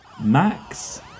Max